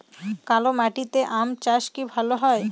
কালো মাটিতে আম চাষ কি ভালো হয়?